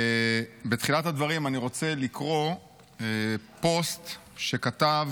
בתחילת הדברים אני רוצה לקרוא פוסט שכתב